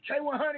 K100